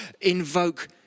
invoke